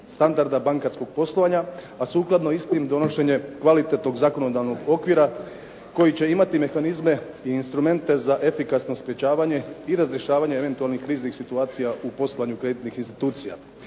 standarda bankarskog poslovanja a sukladno istim donošenje kvalitetnog zakonodavnog okvira koji će imati mehanizme i instrumente za efikasno sprečavanje i razrješavanje eventualnih kriznih situacija u poslovanju kreditnih institucija.